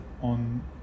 on